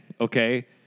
Okay